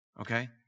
Okay